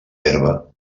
herba